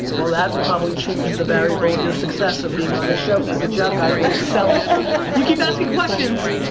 well, that probably changed the variable of your success, of being on this show, so good job guys. way to sell it. you keep asking questions.